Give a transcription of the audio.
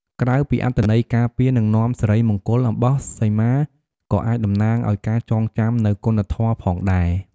ក្រៅពីអត្ថន័យការពារ និងនាំសិរីមង្គល អំបោះសីមាក៏អាចតំណាងឲ្យការចងចាំនូវគុណធម៌ផងដែរ។